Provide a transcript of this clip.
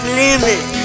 limit